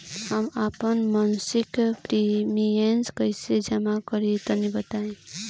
हम आपन मसिक प्रिमियम कइसे जमा करि तनि बताईं?